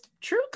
true